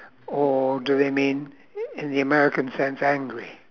or do they mean in the american sense angry